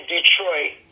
Detroit